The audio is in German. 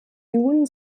jun